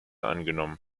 angenommen